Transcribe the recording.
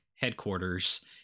headquarters